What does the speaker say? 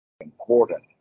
important